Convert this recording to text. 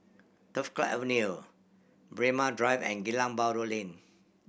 Turf Club Avenue Braemar Drive and Geylang Bahru Lane